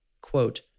quote